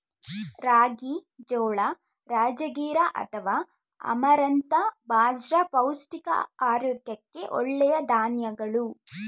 ರಾಗಿ, ಜೋಳ, ರಾಜಗಿರಾ ಅಥವಾ ಅಮರಂಥ ಬಾಜ್ರ ಪೌಷ್ಟಿಕ ಆರೋಗ್ಯಕ್ಕೆ ಒಳ್ಳೆಯ ಧಾನ್ಯಗಳು